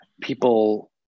People